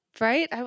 Right